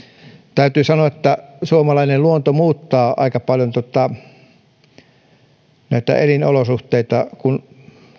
täytyy sanoa että suomalainen luonto muuttaa aika paljon näitä elinolosuhteita kun